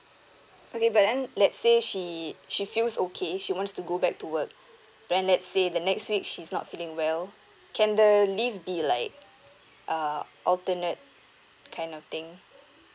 okay but then let's say she she feels okay she wants to go back to work then let's say the next week she's not feeling well can the leave be like uh alternate kind of thing